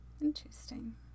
Interesting